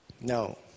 No